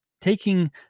taking